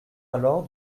alors